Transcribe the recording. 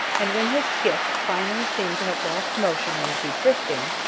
and when his skiff finally seemed to have lost motion and be drifting,